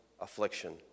affliction